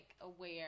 aware